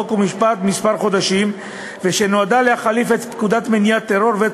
חוק ומשפט חודשים מספר ואשר נועדה להחליף את הפקודה למניעת טרור ואת